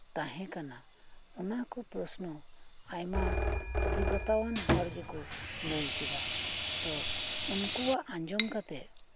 ᱛᱟᱦᱮᱸ ᱠᱟᱱᱟ ᱚᱱᱟᱠᱩ ᱯᱚᱥᱱᱚ ᱟᱭᱢᱟ ᱚᱵᱤᱜᱚᱛᱟᱣᱟᱱ ᱦᱚᱲᱜᱮᱠᱩ ᱞᱟᱹᱭᱠᱮᱫᱟ ᱛᱚ ᱩᱱᱠᱩᱣᱟᱜ ᱟᱸᱡᱚᱢ ᱠᱟᱛᱮᱜ